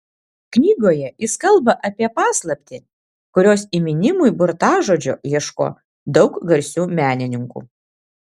knygoje jis kalba apie paslaptį kurios įminimui burtažodžio ieško daug garsių menininkų